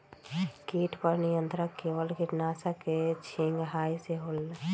किट पर नियंत्रण केवल किटनाशक के छिंगहाई से होल?